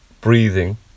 breathing